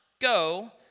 go